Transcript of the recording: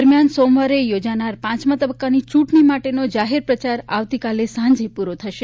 દરમિયાન સોમવારે યોજાનારી પાંચમા તબક્કાની ચૂંટણી માટેનો જાહેર પ્રચાર આવતીકાલે સાંજે પૂરો થશે